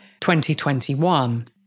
2021